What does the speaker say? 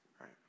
right